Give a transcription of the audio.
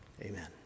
amen